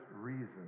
reason